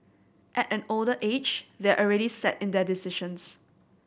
at an older age they're already set in their decisions